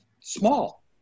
small